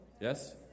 Yes